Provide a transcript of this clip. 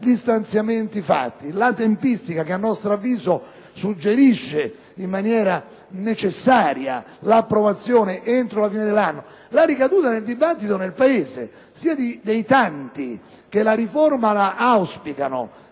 gli stanziamenti previsti, la tempistica che, a nostro avviso, suggerisce in maniera necessaria l'approvazione della riforma entro la fine dell'anno, la ricaduta del dibattito nel Paese, sia per i tanti che la riforma la auspicano,